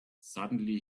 suddenly